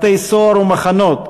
בתי-סוהר ומחנות,